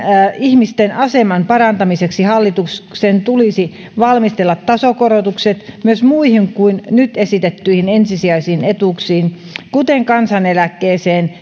ihmisten aseman parantamiseksi hallituksen tulisi valmistella tasokorotukset myös muihin kuin nyt esitettyihin ensisijaisiin etuuksiin kuten kansaneläkkeeseen